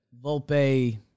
Volpe